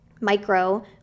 micro